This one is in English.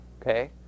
okay